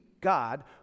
God